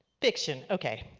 fiction. okay.